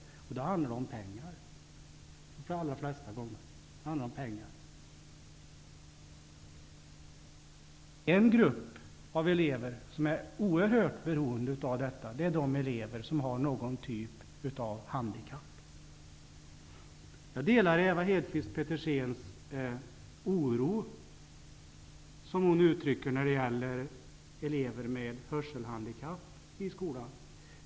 De allra flesta gånger handlar det om pengar. En grupp av elever som är oerhört beroende av detta är de elever som har någon typ av handikapp. Jag delar den oro som Ewa Hedkvist Petersen uttrycker när det gäller elever med hörselhandikapp.